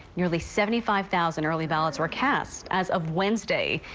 nearly seventy five thousand early ballots were cast as of wednesday.